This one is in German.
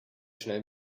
schnell